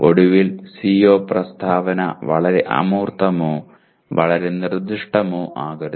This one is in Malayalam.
ഒടുവിൽ CO പ്രസ്താവന വളരെ അമൂർത്തമോ വളരെ നിർദ്ദിഷ്ടമോ ആക്കരുത്